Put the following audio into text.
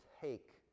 take